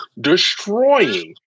destroying